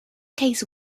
case